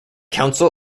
council